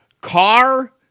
car